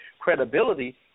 credibility